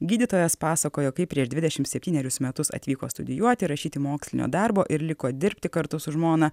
gydytojas pasakojo kaip prieš dvidešim septynerius metus atvyko studijuoti ir rašyti mokslinio darbo ir liko dirbti kartu su žmona